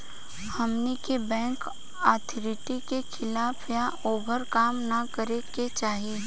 हमनी के bank authority के खिलाफ या ओभर काम न करे के चाही